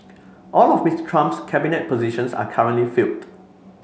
all of Mister Trump's cabinet positions are currently filled